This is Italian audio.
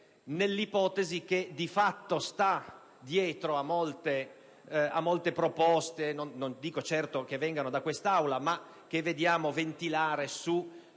nell'ipotesi che di fatto sta dietro a molte proposte, che non dico certo vengano da quest'Aula, ma che si ventilano su